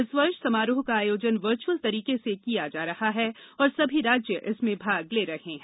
इस वर्ष समारोह का आयोजन वर्च्यअल तरीके से किया जा रहा है और सभी राज्य इसमें भाग ले रहे हैं